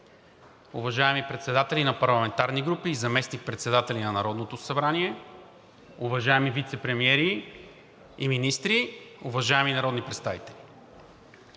уважаеми председатели на парламентарни групи и заместник-председатели на Народното събрание, уважаеми вицепремиери и министри, уважаеми народни представители!